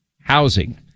Housing